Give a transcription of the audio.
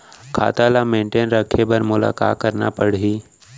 खाता ल मेनटेन रखे बर मोला का करना पड़ही?